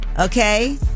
okay